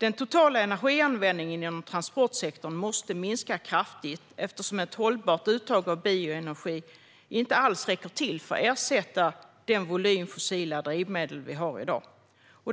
Den totala energianvändningen inom transportsektorn måste minska kraftigt eftersom ett hållbart uttag av bioenergi inte alls räcker för att ersätta den volym fossila drivmedel vi har i dag.